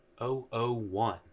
001